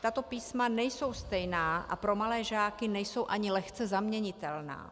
Tato písma nejsou stejná a pro malé žáky nejsou ani lehce zaměnitelná.